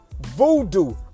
voodoo